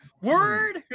Word